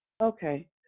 okay